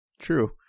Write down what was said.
True